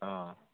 अ